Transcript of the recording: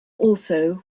also